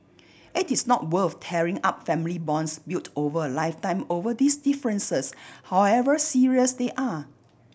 it is not worth tearing up family bonds built over a lifetime over these differences however serious they are